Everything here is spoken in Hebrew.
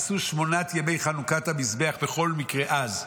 עשו שמונת ימי חנוכת המזבח בכל מקרה אז,